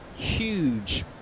Huge